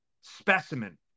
specimen